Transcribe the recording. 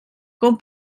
com